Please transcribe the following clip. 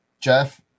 Jeff